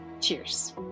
Cheers